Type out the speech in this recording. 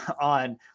on